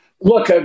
Look